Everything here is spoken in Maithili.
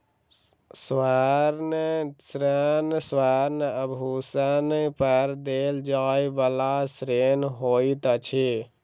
स्वर्ण ऋण स्वर्ण आभूषण पर देल जाइ बला ऋण होइत अछि